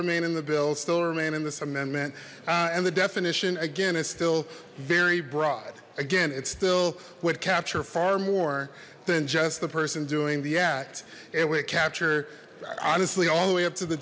remain in the bill still remain in this amendment and the definition again is still very broad again it still would capture far more than just the person doing the act it would capture honestly all the way up to the